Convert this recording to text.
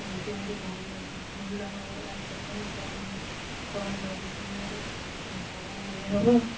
କେମିତି ଭଲ ଭଲ ହେବ ଡାକ୍ତରଖାନା ସବୁ ଜିନିଷ ସବୁ ମେଡ଼ିସିନ ରହିବ ସବୁ ଇଏ ହେବ